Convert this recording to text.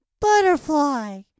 Butterfly